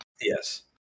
Yes